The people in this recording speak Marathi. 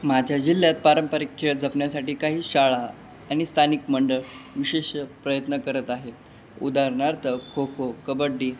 माझ्या जिल्ह्यात पारंपरिक खेळ जपण्यासाठी काही शाळा आणि स्थानिक मंडळ विशेष प्रयत्न करत आहेत उदारणार्थ खो खो कबड्डी